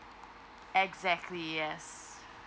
exactly yes